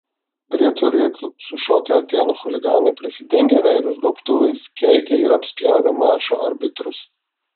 prie turėklų sušokę atėnų chuliganai prisidengę veidus gaubtuvais keikė ir apspjaudė mačo arbitrus